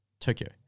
Tokyo